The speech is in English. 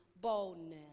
boldness